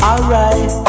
Alright